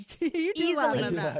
easily